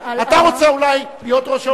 להרגיע במידת מה את